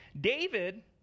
David